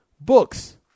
books